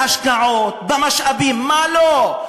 בהשקעות, במשאבים, מה לא?